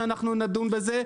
שאנחנו נדון בזה.